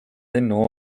lennu